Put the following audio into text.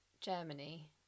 Germany